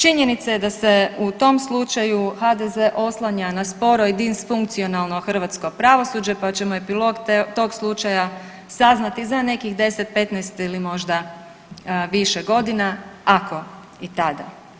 Činjenica je da se u tom slučaju HDZ oslanja na sporo i disfunkcionalno hrvatsko pravosuđe pa ćemo epilog tog slučaja saznati za nekih 10, 15 ili možda više godina, ako i tada.